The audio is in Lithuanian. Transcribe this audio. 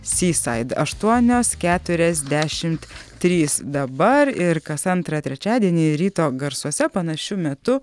sysaid aštuonios keturiasdešimt trys dabar ir kas antrą trečiadienį ryto garsuose panašiu metu